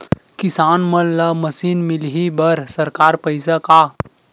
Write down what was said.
किसान मन ला मशीन मिलही बर सरकार पईसा का?